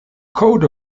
code